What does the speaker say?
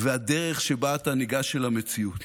והדרך שבה אתה ניגש אל המציאות.